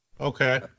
Okay